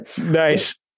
Nice